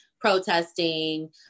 protesting